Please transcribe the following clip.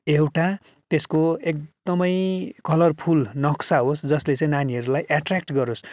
एउटा त्यसको एकदमै कलरफुल नक्सा होस् जसले चाहिँ नानीहरूलाई एट्र्याक्ट गरोस्